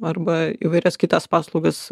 arba įvairias kitas paslaugas